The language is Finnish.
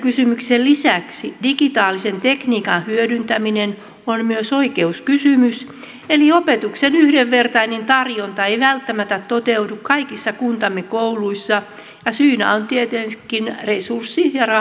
järjestelykysymyksen lisäksi digitaalisen tekniikan hyödyntäminen on myös oikeuskysymys eli opetuksen yhdenvertainen tarjonta ei välttämättä toteudu kaikissa kunnissa ja kouluissa ja syynä on tietenkin resurssi ja rahapula